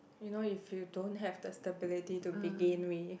you know if you don't have the stability to begin with